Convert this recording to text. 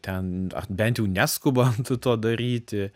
ten bent jau neskubant to daryti